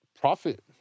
profit